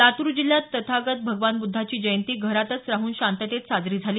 लातूर जिल्ह्यात तथागत भगवान बुद्धाची जयंती घरातच राहून शांततेत साजरी करण्यात आली